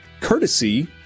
courtesy